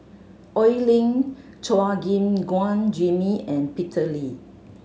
Oi Lin Chua Gim Guan Jimmy and Peter Lee